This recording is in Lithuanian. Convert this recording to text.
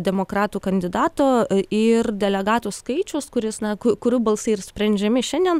demokratų kandidato ir delegatų skaičius kuris nuo kurių balsai ir sprendžiami šiandien